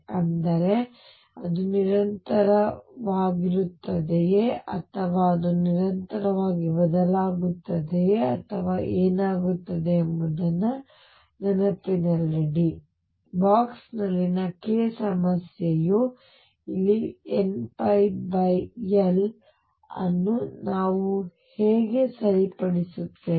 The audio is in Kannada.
ಅಂದರೆ ಅದು ನಿರಂತರವಾಗಿರುತ್ತದೆಯೇ ಅಥವಾ ಅದು ನಿರಂತರವಾಗಿ ಬದಲಾಗುತ್ತದೆಯೇ ಅಥವಾ ಏನಾಗುತ್ತದೆ ಎಂಬುದನ್ನು ನೆನಪಿನಲ್ಲಿಡಿ ಬಾಕ್ಸ್ನಲ್ಲಿನ k ಸಮಸ್ಯೆಯು ಇಲ್ಲಿ nπL ಅನ್ನು ನಾವು ಹೇಗೆ ಸರಿಪಡಿಸುತ್ತೇವೆ